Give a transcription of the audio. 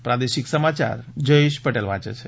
પ્રાદેશિક સમાચાર જયેશ પટેલ વાંચે છે